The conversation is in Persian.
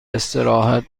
استراحت